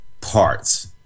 parts